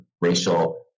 racial